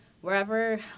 wherever